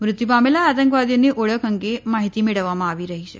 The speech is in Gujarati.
મૃત્યુ પામેલા આતંકવાદીઓની ઓળખ અંગે માહીતી મેળવવામાં આવી રહી છે